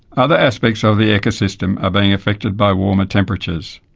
other aspects of the ecosystem are being affected by warmer temperatures.